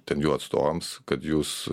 ten jų atstovams kad jūs